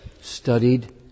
studied